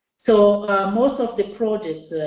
so most of the projects,